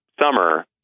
summer